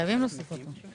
חייבים להוסיף אותו.